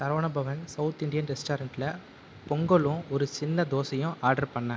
Saravana Bhavan south Indian ரெஸ்டாரன்ட்டில் பொங்கலும் ஒரு சின்ன தோசையும் ஆர்டர் பண்ணினேன்